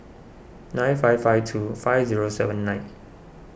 nine five five two five zero seven nine